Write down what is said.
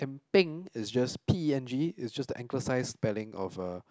and peng is just P_E_N_G is just the anchor sized spelling of a